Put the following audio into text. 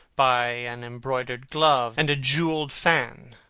by an embroidered glove and a jewelled fan,